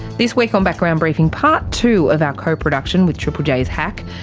this week on background briefing, part two of our co-production with triple j's hack.